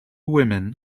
women